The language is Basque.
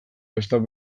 besteak